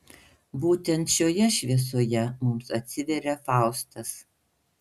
būtent šioje šviesoje mums atsiveria faustas